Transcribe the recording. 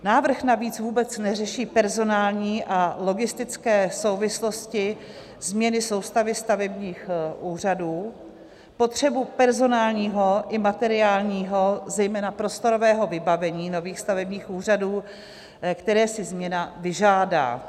Návrh navíc vůbec neřeší personální a logistické souvislosti změny soustavy stavebních úřadů, potřebu personálního i materiálního, zejména prostorového vybavení nových stavebních úřadů, které si změna vyžádá.